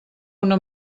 una